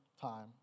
time